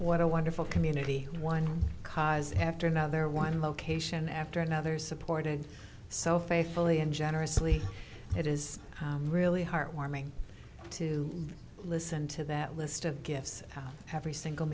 what a wonderful community one cause after another one location after another supported so faithfully and generously it is really heartwarming to listen to that list of gifts every single